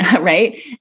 right